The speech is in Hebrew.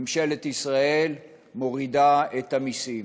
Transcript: ממשלת ישראל מורידה את המסים.